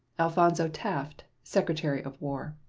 alphonso taft, secretary of war.